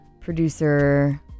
Producer